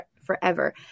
forever